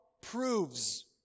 proves